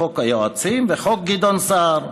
חוק היועצים וחוק גדעון סער,